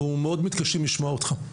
אנחנו מאוד מתקשים לשמוע אותך.